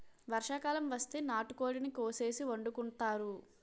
వర్షాకాలం వస్తే నాటుకోడిని కోసేసి వండుకుంతారు